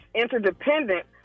interdependent